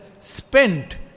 spent